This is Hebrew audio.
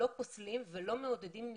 אנחנו לא פוסלים ולא מעודדים ניתוק.